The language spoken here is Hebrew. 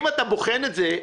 אם אתה בוחן את זה,